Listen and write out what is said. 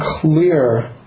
clear